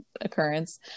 occurrence